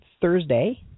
Thursday